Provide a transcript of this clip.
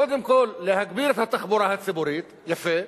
קודם כול, להגביר את התחבורה הציבורית, יפה,